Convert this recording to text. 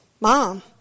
mom